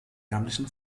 ärmlichen